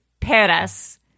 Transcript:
peras